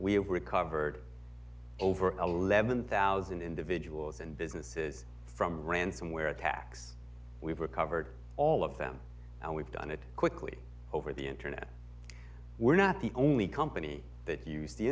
have recovered over eleven thousand individuals and businesses from ransomware attacks we've recovered all of them and we've done it quickly over the internet we're not the only company that use the